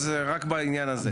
אז רק בעניין הזה.